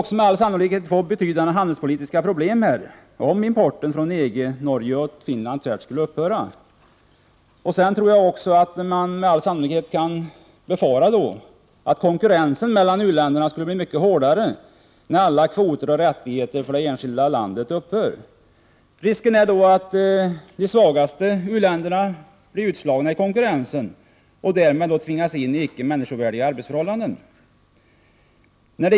Om importen från länderna inom EG, Norge och Finland tvärt skulle upphöra skulle vi med all sannolikhet få betydande handelspolitiska problem. Jag tror också att man kan befara att konkurrensen mellan u-länderna blir mycket hårdare om alla kvoter och rättigheter för det enskilda landet upphör. Det finns en risk för att de svagaste länderna blir utslagna i konkurrensen och att man i dessa länder tvingas in i icke människovärdiga arbetsförhållanden.